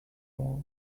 war